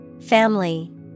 Family